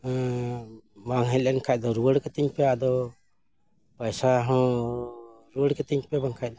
ᱵᱟᱝ ᱦᱮᱡ ᱞᱮᱱᱠᱷᱟᱱ ᱫᱚ ᱨᱩᱣᱟᱹᱲ ᱠᱟᱹᱛᱤᱧ ᱯᱮ ᱟᱫᱚ ᱯᱟᱭᱥᱟ ᱦᱚᱸ ᱨᱩᱣᱟᱹᱲ ᱠᱟᱹᱛᱤᱧ ᱯᱮ ᱵᱟᱝᱠᱷᱟᱱ